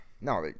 No